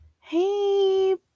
Hey